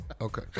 Okay